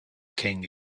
king